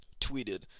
tweeted